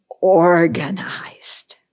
organized